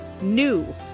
NEW